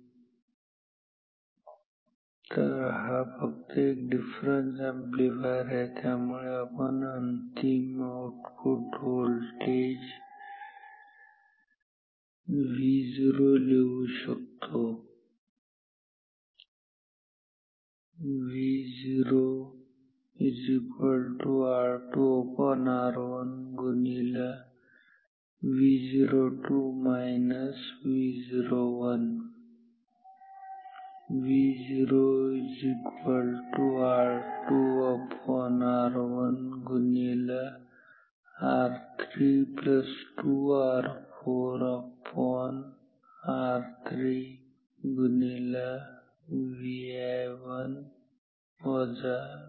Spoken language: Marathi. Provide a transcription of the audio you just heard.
ही तऱ हा फक्त एक डिफरेन्स अॅम्प्लीफायर आहे त्यामुळे आपण अंतिम आउटपुट व्होल्टेज Vo झिरो लिहू शकतो VoR2 R1 Vo R2 R1R32R4R3